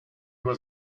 was